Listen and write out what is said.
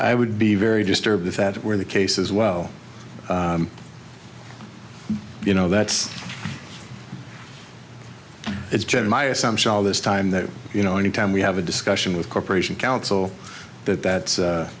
i would be very disturbed if that were the case as well you know that's it's jet my assumption all this time that you know any time we have a discussion with corporation counsel that that